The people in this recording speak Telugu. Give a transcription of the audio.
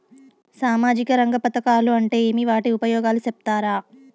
సామాజిక రంగ పథకాలు అంటే ఏమి? వాటి ఉపయోగాలు సెప్తారా?